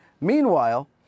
Meanwhile